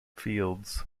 fields